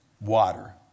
Water